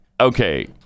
Okay